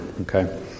okay